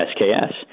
SKS